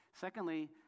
Secondly